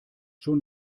schon